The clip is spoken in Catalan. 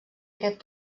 aquest